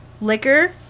liquor